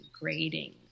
grading